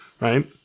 right